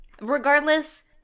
Regardless